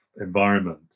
environment